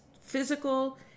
physical